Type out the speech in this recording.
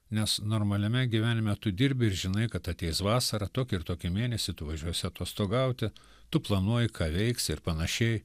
nes normaliame gyvenime tu dirbi ir žinai kad ateis vasara tokį ir tokį mėnesį tu važiuosi atostogauti tu planuoji ką veiksi ir panašiai